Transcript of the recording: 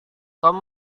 tom